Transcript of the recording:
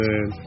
Man